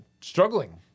struggling